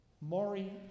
Maury